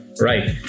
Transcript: right